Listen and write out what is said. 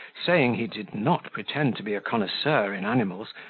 saying, he did not pretend to be a connoisseur in animals,